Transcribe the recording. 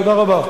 תודה רבה.